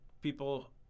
people